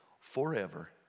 forever